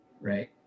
right